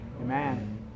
Amen